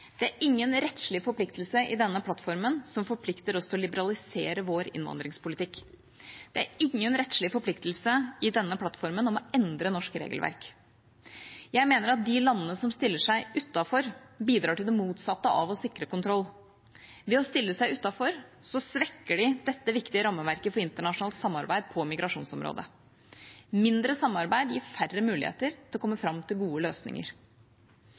Det er ingen rettslig forpliktelse i denne plattformen som forplikter oss til å liberalisere vår innvandringspolitikk. Det er ingen rettslige forpliktelser i denne plattformen om å endre norsk regelverk. Jeg mener at de landene som stiller seg utenfor, bidrar til det motsatte av å sikre kontroll. Ved å stille seg utenfor svekker de dette viktige rammeverket for internasjonalt samarbeid på migrasjonsområdet. Mindre samarbeid gir færre muligheter til å komme fram til gode løsninger.